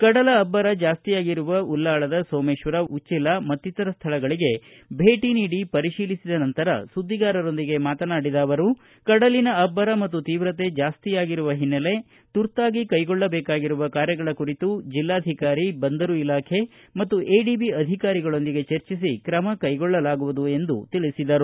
ಕಡಲ ಅಭ್ನರ ಜಾಸಿಯಾಗಿರುವ ಉಳ್ಳಾಲದ ಸೋಮೇಶ್ವರ ಉಜ್ಜೆಲ ಮತ್ತಿತರ ಸ್ಥಳಗಳಿಗೆ ಭೇಟಿ ನೀಡಿ ಪರಿಶೀಲಿಸಿದ ನಂತರ ಸುಧಿಗಾರೊಂದಿಗೆ ಮಾತನಾಡಿದ ಅವರು ಕಡಲಿನ ಅಭ್ಯರ ಮತ್ತು ತೀವ್ರತೆ ಜಾಸ್ತಿಯಾಗಿರುವ ಹಿನ್ನೆಲೆ ತುರ್ತಾಗಿ ಕ್ಕೆಗೊಳ್ಳಬೇಕಾಗಿರುವ ಕಾರ್ಯಗಳ ಕುರಿತು ಜಿಲ್ಲಾಧಿಕಾರಿ ಬಂದರು ಇಲಾಖೆ ಮತ್ತು ಎಡಿಬಿ ಅಧಿಕಾರಿಗಳೊಂದಿಗೆ ಚರ್ಜಿಸಿ ಕ್ರಮ ಕ್ಲೆಗೊಳ್ಳಲಾಗುವುದು ಎಂದು ಕೋಟಾ ಶ್ರೀನಿವಾಸ ಪೂಜಾರಿ ಹೇಳಿದರು